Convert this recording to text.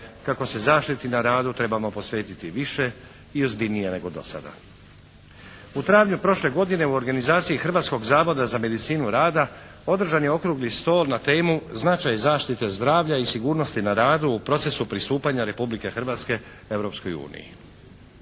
kako se zaštiti na radu trebamo posvetiti više i ozbiljnije nego do sada. U travnju prošle godine u organizaciji Hrvatskog zavoda za medicinu rada održan je okrugli stol na temu “Značaj zaštite zdravlja i sigurnosti na radu u procesu pristupanja Republike Hrvatske